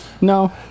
no